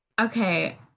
Okay